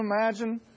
imagine